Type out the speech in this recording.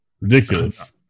Ridiculous